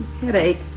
headache